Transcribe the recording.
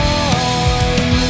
on